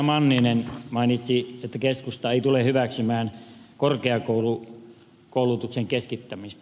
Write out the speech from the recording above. manninen mainitsi että keskusta ei tule hyväksymään korkeakoulutuksen keskittämistä